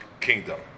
kingdom